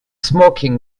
smoking